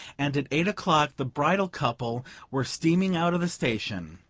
and at eight o'clock the bridal couple were steaming out of the station.